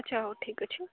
ଆଚ୍ଛା ହଉ ଠିକ୍ ଅଛି